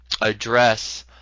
address